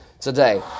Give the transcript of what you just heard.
today